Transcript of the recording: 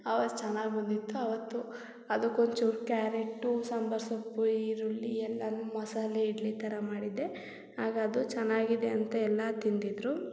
ಆವಾಗ ಚೆನ್ನಾಗಿ ಬಂದಿತ್ತು ಅವತ್ತು ಅದಕ್ಕೆ ಒಂಚೂರು ಕ್ಯಾರೆಟ್ಟು ಸಾಂಬಾರು ಸೊಪ್ಪು ಈರುಳ್ಳಿ ಎಲ್ಲನೂ ಮಸಾಲೆ ಇಡ್ಲಿ ಥರ ಮಾಡಿದ್ದೆ ಆಗ ಅದು ಚೆನ್ನಾಗಿದೆ ಅಂತ ಎಲ್ಲ ತಿಂದಿದ್ದರು